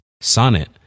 Sonnet